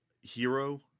hero